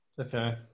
Okay